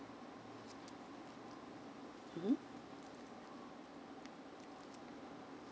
mmhmm